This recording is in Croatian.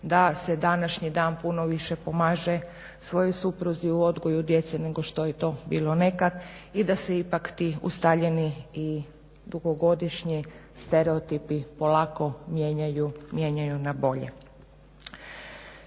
da se današnji dan više pomože svojoj supruzi u odgoju djece nego što je to bilo nekad i da se ipak ti ustaljeni i dugogodišnji stereotipi polako mijenjaju na bolje.